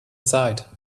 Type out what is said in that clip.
side